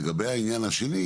לגבי העניין השני,